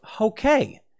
Okay